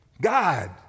God